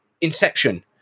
inception